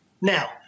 Now